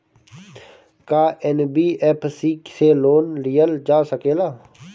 का एन.बी.एफ.सी से लोन लियल जा सकेला?